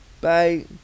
Bye